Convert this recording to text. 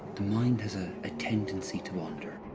the mind has a ah tendency to wander.